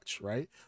right